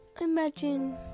imagine